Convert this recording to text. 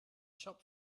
shop